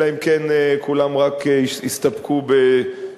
אלא אם כן כולם רק יסתפקו בשבחים,